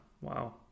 Wow